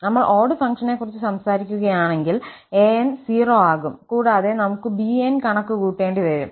നമ്മൾ ഓഡ്ഡ് ഫംഗ്ഷനെക്കുറിച്ച് സംസാരിക്കുകയാണെങ്കിൽ 𝑎𝑛 0 ആകും കൂടാതെ നമുക്ക് 𝑏𝑛 കണക്ക് കൂട്ടേണ്ടി വരും